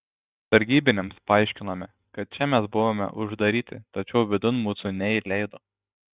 sargybiniams paaiškinome kad čia mes buvome uždaryti tačiau vidun mūsų neįleido